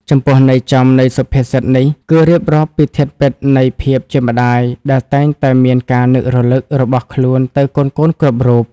ចំពោះន័យចំនៃសុភាសិតនេះ គឺរៀបរាប់ពីធាតុពិតនៃភាពជាម្តាយដែលតែងតែមានការនឹករលឹករបស់ខ្លួនទៅកូនៗគ្រប់រូប។